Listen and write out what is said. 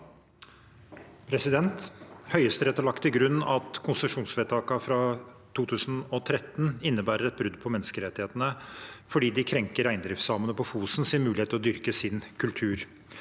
Høyesterett har lagt til grunn at konsesjonsvedtakene fra 2013 innebærer et brudd på menneskerettighetene fordi de krenker reindriftssamene på Fosens mulighet til å dyrke sin kultur.